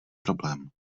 problém